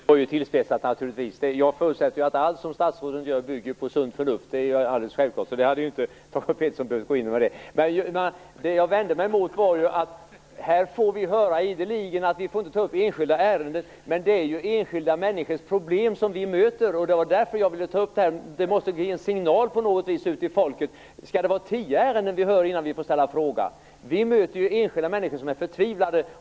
Fru talman! Det jag sade var naturligtvis tillspetsat. Jag förutsätter att allt som statsråden gör bygger på sunt förnuft. Det är en självklarhet, så där hade Thage G Peterson inte behövt gå in. Jag vände mig mot att vi här ideligen får höra att vi inte får ta upp enskilda ärenden, men det är ju enskilda människors problem som vi möter. Därför ville jag ta upp att det på något vis måste till en signal till folket. Skall det behövas tio ärenden innan vi får ställa en fråga? Vi möter enskilda människor som är förtvivlade.